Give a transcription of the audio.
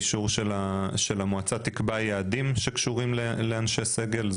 שהמועצה תקבע יעדים שקשורים באנשי סגל,